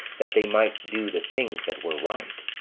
that they might do the things that were right